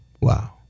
Wow